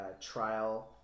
trial